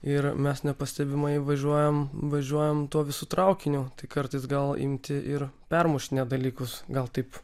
ir mes nepastebimai važiuojam važiuojam tuo visu traukiniu tai kartais gal imti ir permušti net dalykus gal taip